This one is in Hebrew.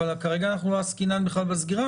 אבל כרגע אנחנו לא עסקינן בכלל בסגירה,